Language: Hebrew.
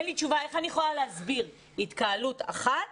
איך אני יכולה להסביר, התקהלות אחת